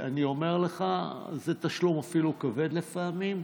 אני אומר לך, זה אפילו תשלום כבד לפעמים.